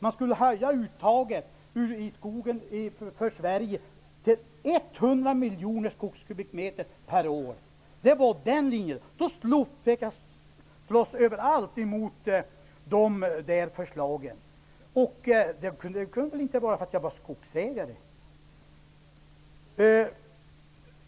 De ville höja uttaget ur den svenska skogen till 100 miljoner skogskubikmeter per år. Det var deras linje. Jag fick slåss överallt mot de förslagen. Det kan väl inte ha varit för att jag var skogsägare?